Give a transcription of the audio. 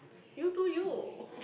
you to you